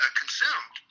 consumed